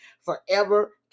forever